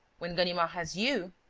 when ganimard has you,